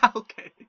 okay